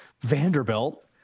Vanderbilt